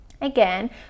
Again